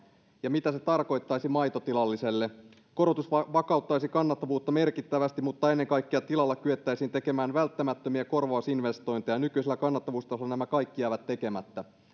ja mitä se tarkoittaisi maitotilalliselle korotus vakauttaisi kannattavuutta merkittävästi mutta ennen kaikkea tilalla kyettäisiin tekemään välttämättömiä korvausinvestointeja nykyisellä kannattavuustasolla nämä kaikki jäävät tekemättä